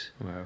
Wow